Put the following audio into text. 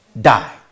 die